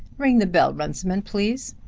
ring the bell, runciman, please.